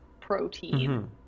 protein